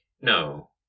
No